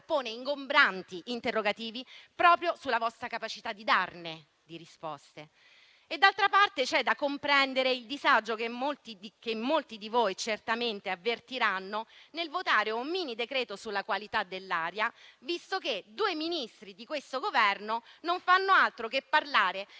pone ingombranti interrogativi proprio sulla vostra capacità di dare risposte. D'altra parte, c'è da comprendere il disagio che molti di voi certamente avvertiranno nel votare un mini decreto sulla qualità dell'aria, visto che due Ministri di questo Governo non fanno altro che parlare